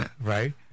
right